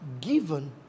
given